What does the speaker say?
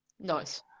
Nice